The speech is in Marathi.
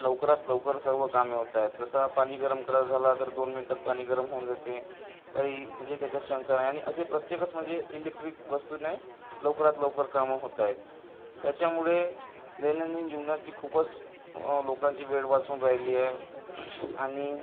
लवकरात लवकर सर्व कामे होत आहेत जसा पाणी गरम कराय झाला तर दोन मिनटात पाणी गरम होऊन जाते काही म्हणजे त्याच्यात शंका नाही आणि असे प्रत्येकच म्हणजे इलेक्ट्रिक वस्तूने लवकरात लवकर कामं होत आहेत त्याच्यामुळे दैनंदिन जीवनाची खूपच लोकांची वेळ वाचून राहिली आहे आणि